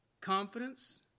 confidence